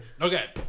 okay